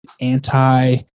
anti